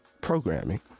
programming